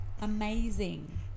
amazing